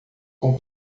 com